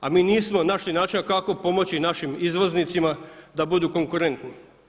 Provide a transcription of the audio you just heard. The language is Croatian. A mi nismo našli načina kako pomoći našim izvoznicima da budu konkurentni.